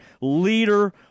leader